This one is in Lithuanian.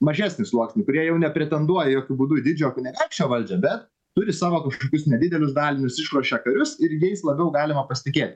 mažesnį sluoksnį kurie jau nepretenduoja jokiu būdu į didžiojo kunigaikščio valdžią bet turi savo kažkokius nedidelius dalinius išruošia karius ir jais labiau galima pasitikėt